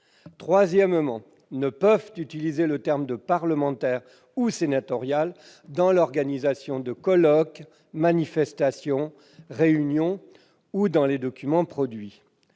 nationale, ne peuvent utiliser le terme de « parlementaire » ou « sénatorial » dans l'organisation de colloques, manifestations, réunions ou dans les documents produits.